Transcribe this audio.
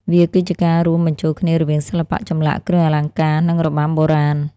វាគឺជាការរួមបញ្ចូលគ្នារវាងសិល្បៈចម្លាក់ គ្រឿងអលង្ការ និងរបាំបុរាណ។